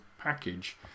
package